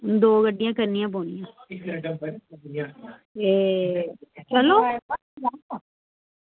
दो गड्डियां करनियां पौनियां चलो